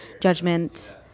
judgment